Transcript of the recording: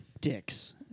Dick's